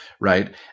Right